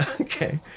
Okay